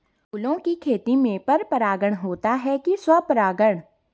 फूलों की खेती में पर परागण होता है कि स्वपरागण?